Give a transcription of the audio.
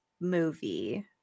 movie